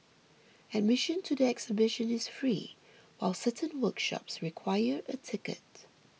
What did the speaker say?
admission to the exhibition is free while certain workshops require a ticket